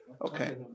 Okay